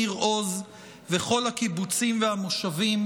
ניר עוז וכל הקיבוצים והמושבים,